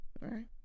right